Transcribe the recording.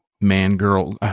man-girl